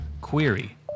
Query